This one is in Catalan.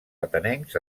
atenencs